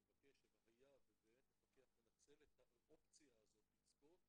אני מבקש שבמקרה שמפקח ינצל את האופציה הזו לצפות